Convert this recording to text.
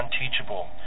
unteachable